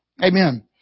Amen